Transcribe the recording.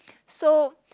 so